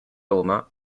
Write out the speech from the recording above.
roma